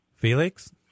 Felix